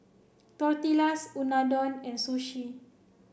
Tortillas Unadon and Sushi